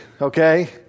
Okay